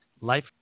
Life